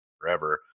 forever